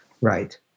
Right